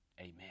amen